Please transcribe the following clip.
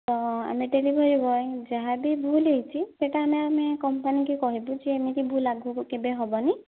ତ ଆମେ delivery boy ଯାହା ବି ଭୁଲ୍ ହୋଇଛି ସେହିଟା ବି ଆମେ ଆମ କମ୍ପାନୀକୁ କହିବୁ ଯେ ଏମିତି ଭୁଲ୍ ଆଗକୁ କେବେ ହେବନି